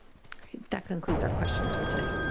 that concludes our questions for today.